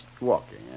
walking